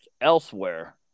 elsewhere